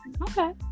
Okay